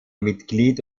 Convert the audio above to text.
mitglied